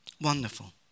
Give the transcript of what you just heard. Wonderful